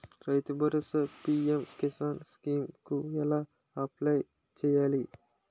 రైతు భరోసా PM Kisan scheme కు ఎలా అప్లయ్ చేయాలి?